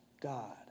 God